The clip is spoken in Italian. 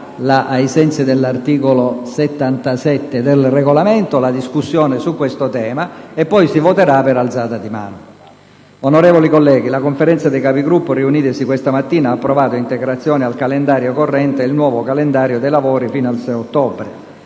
la Conferenza dei Capigruppo, riunitasi questa mattina, ha approvato integrazioni al calendario corrente e il nuovo calendario dei lavori fino al 6 ottobre.